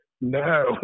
no